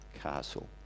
castle